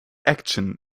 action